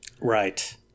Right